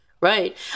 Right